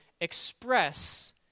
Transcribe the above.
express